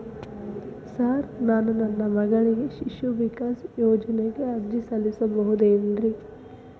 Sir ನಾನು ನನ್ನ ಮಗಳಿಗೆ ಶಿಶು ವಿಕಾಸ್ ಯೋಜನೆಗೆ ಅರ್ಜಿ ಸಲ್ಲಿಸಬಹುದೇನ್ರಿ?